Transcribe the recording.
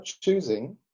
choosing